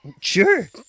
Sure